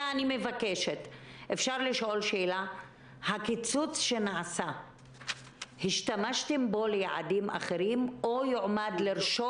האם השתמשתם בקיצוץ שנעשה ליעדים אחרים או שהוא יועמד לרשות